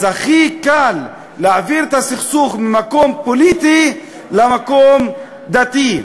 אז הכי קל להעביר את הסכסוך ממקום פוליטי למקום דתי,